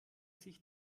sich